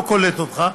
לא קולט אותך,